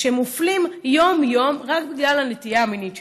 שמופלים יום-יום רק בגלל הנטייה המינית שלהם.